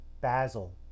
Basil